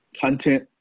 content